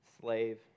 slave